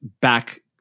back